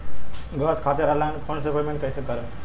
Gas खातिर online phone से payment कैसे करेम?